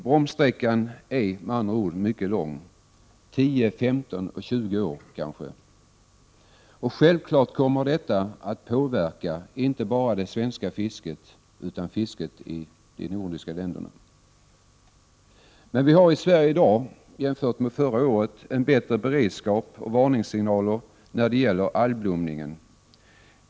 Bromssträckan är med andra ord mycket lång, 10, 15 eller 20 år. Självfallet kommer detta att påverka inte bara det svenska fisket utan också fisket i de nordiska länderna. Vi har i Sverige i dag jämfört med förra året en bättre beredskap och varningssignaler när det gäller algblomningen.